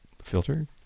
filter